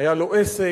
היה לו עסק,